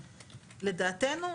לדעתנו,